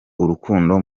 urukundo